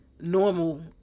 normal